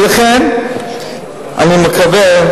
ולכן אני מקווה,